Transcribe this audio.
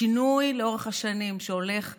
השינוי לאורך השנים שהולך ומובל,